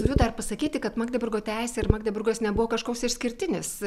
turiu dar pasakyti kad magdeburgo teisė ir magdeburgas nebuvo kažkoks išskirtinis